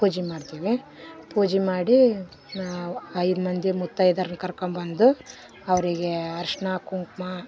ಪೂಜೆ ಮಾಡ್ತೀವಿ ಪೂಜೆ ಮಾಡೀ ಐದು ಮಂದಿ ಮುತ್ತೈದೆರ್ನ ಕರ್ಕೊಬಂದು ಅವರಿಗೇ ಅರಿಶ್ಣ ಕುಂಕುಮ